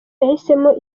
yahisemo